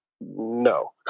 No